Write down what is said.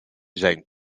zijn